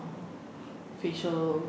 facial